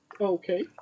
okay